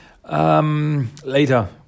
Later